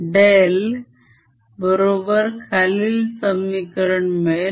del बरोबर खालील समीकरण मिळेल